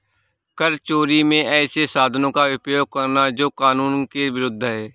कर चोरी में ऐसे साधनों का उपयोग करना जो कानून के विरूद्ध है